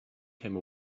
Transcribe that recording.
came